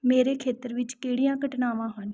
ਮੇਰੇ ਖੇਤਰ ਵਿੱਚ ਕਿਹੜੀਆਂ ਘਟਨਾਵਾਂ ਹਨ